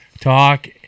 talk